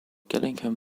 gillingham